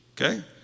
Okay